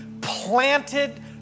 planted